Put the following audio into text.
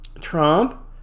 trump